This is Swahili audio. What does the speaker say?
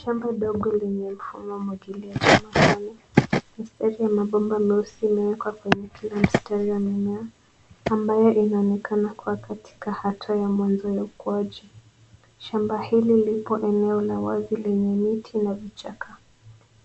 Shamba ndogo lenye mfumo wa umwagiliaji wa matone. Mifereji ya mabomba meusi imewekwa kwenye kila mistari ya mimea ambayo inaonekana kuwa katika hatua ya mwanzo ya ukuaji. Shamba hili lipo eneo la wazi lenye miti na vichaka